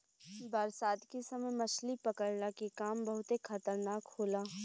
बरसात के समय मछली पकड़ला के काम बहुते खतरनाक होला